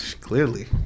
Clearly